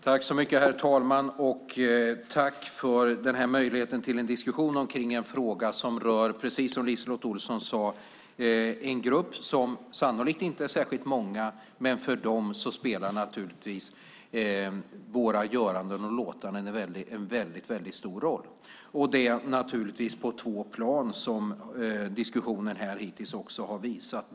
Herr talman! Tack för möjligheten till en diskussion om en fråga som rör, precis som LiseLotte Olsson sade, en grupp som sannolikt inte är särskilt stor. Men för de personerna spelar våra göranden och låtanden en väldigt stor roll. Det har diskussionen här visat på två plan.